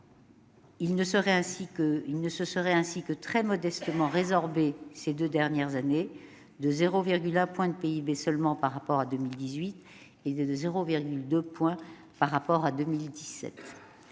Il ne se serait ainsi que très modestement résorbé ces deux dernières années, de 0,1 point de PIB seulement par rapport à 2018 et de 0,2 point par rapport à 2017.